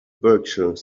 berkshire